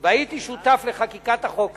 והייתי שותף לחקיקת החוק הזה,